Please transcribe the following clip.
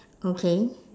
okay